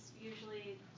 usually